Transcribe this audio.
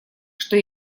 что